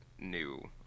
new